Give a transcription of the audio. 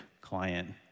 client